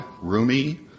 roomy